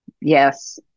Yes